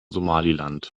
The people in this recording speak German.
somaliland